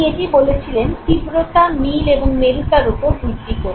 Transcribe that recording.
উনি এটি বলেছিলেন তীব্রতা মিল এবং মেরুতার ওপর ভিত্তি করে